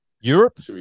Europe